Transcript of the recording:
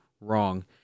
wrong